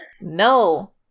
No